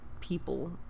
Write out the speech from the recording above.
people